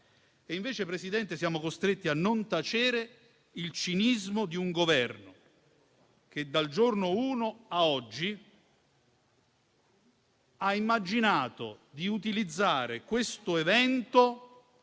signor Presidente, siamo costretti a non tacere il cinismo di un Governo che, dal primo giorno ad oggi, ha immaginato di utilizzare questo evento